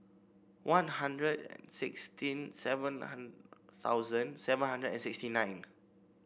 One Hundred sixteen seven thousand seven hundred and sixty nine